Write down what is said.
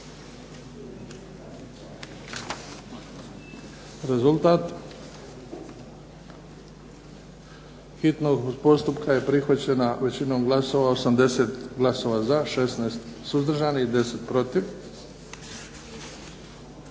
Rezultat? Hitnost postupka je prihvaćena većinom glasova, 80 glasova za, 16 suzdržanih i 10 protiv.